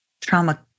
trauma